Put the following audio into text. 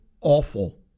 awful